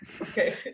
Okay